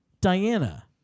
Diana